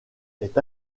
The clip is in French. est